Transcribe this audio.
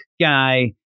guy